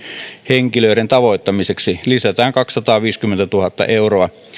henkilöiden tavoittamiseksi lisätään kaksisataaviisikymmentätuhatta euroa